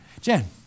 Jen